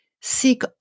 seek